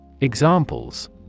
Examples